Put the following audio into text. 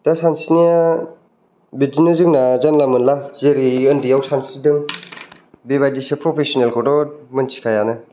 दा सानस्रिनाया बिदिनो जोंना जानला मोनला जेरै उन्दैयाव सानस्रिदों बेबादिसो फ्रफेसनेलखौथ' मोनथिखायानो